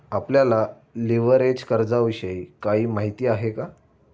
आपल्याला लिव्हरेज कर्जाविषयी काही माहिती आहे का?